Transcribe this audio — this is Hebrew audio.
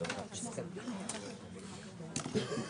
קבלת ההסתייגות?